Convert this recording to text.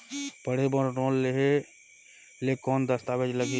पढ़े बर लोन लहे ले कौन दस्तावेज लगही?